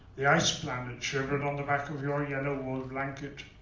the ice planet shivered on the back of your yellow wool blanket.